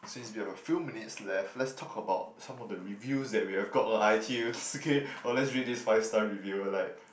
since we have a few minutes left let's talk about some of the reviews that we have got on iTunes okay or let's read this five star reviewer like